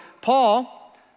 Paul